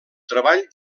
treball